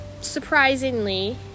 surprisingly